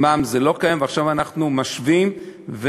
במע"מ זה לא קיים, ועכשיו אנחנו משווים ומיטיבים.